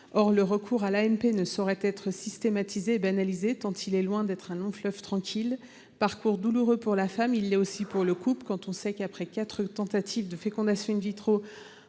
Or le recours à l'AMP ne saurait être systématisé et banalisé tant il est loin d'être un long fleuve tranquille. Parcours douloureux pour la femme, il l'est aussi pour le couple, quand on sait qu'après les quatre tentatives de fécondation